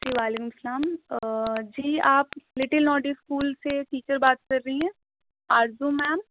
جی وعلیکم السّلام جی آپ لٹل نوٹی اسکول سے ٹیچر بات کر رہی ہیں آرزو میم